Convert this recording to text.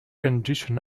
condition